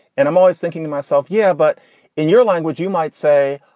and i'm always thinking to myself. yeah. but in your language, you might say,